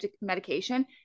medication